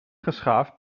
geschaafd